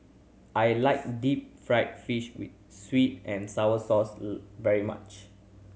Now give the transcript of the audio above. I like deep fried fish with sweet and sour sauce very much